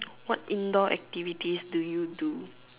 what indoor activities do you do